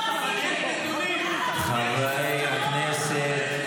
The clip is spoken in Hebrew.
חברי הכנסת,